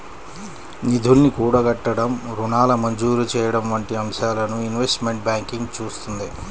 నిధుల్ని కూడగట్టడం, రుణాల మంజూరు చెయ్యడం వంటి అంశాలను ఇన్వెస్ట్మెంట్ బ్యాంకింగ్ చూత్తుంది